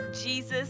Jesus